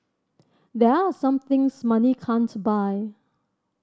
there are some things money can't buy